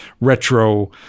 retro